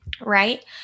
right